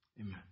Amen